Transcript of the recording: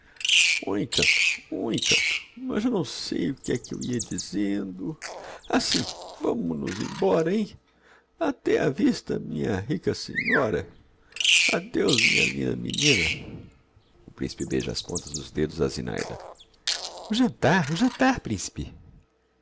mas já não sei o que é que eu ia dizendo ah sim vamo nos embora hein até á vista minha rica senhora adeus minha linda menina o principe beija as pontas dos dedos á zinaida o jantar o jantar principe